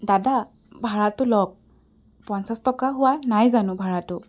দাদা ভাৰাটো লওক পঞ্চাছ টকা হোৱা নাই জানো ভাৰাটো